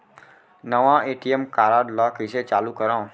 नवा ATM card ल कइसे चालू करव?